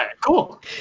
cool